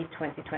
2020